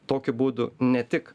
tokiu būdu ne tik